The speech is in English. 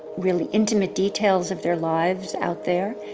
really intimate details of their lives out there,